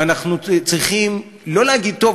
ואנחנו צריכים לא להגיד: טוב,